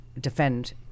defend